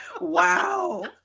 Wow